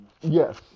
Yes